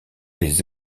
les